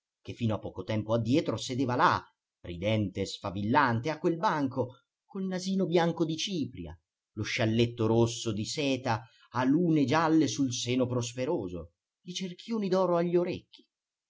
che fino a poco tempo addietro sedeva là ridente e sfavillante a quel banco col nasino bianco di cipria lo scialletto rosso di seta a lune gialle sul seno prosperoso i cerchioni d'oro agli orecchi